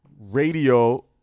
radio